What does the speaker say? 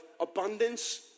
abundance